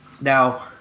Now